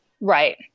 Right